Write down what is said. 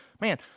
man